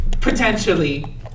potentially